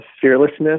fearlessness